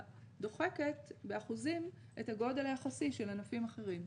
דוחקת באחוזים את הגודל היחסי של ענפים אחרים.